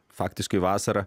faktiškai vasara